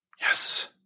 Yes